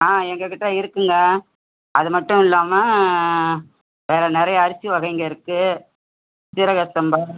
ஆம் எங்ககிட்ட இருக்குங்க அது மட்டும் இல்லாமல் வேறு நிறைய அரிசி வகைங்கள் இருக்கு சீரக சம்பா